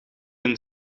een